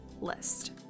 list